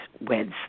weds